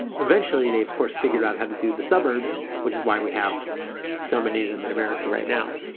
eventually, they, of course, figured out how to do the suburbs, which is why we have so many of them in america right now